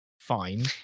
Fine